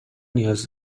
نیاز